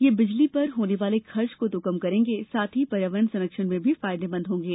ये बिजली पर होने वाले खर्च को तो कम करेंगे साथ ही पर्यावरण सरंक्षण में भी फायदेमंद होंगे